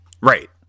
Right